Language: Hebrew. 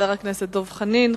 תודה רבה, חבר הכנסת דב חנין.